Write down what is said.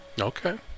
Okay